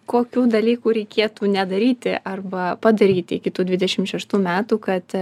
kokių dalykų reikėtų nedaryti arba padaryti iki tų dvidešim šeštų metų kad